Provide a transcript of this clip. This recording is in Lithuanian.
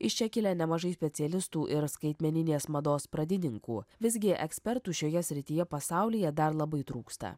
iš čia kilę nemažai specialistų ir skaitmeninės mados pradininkų visgi ekspertų šioje srityje pasaulyje dar labai trūksta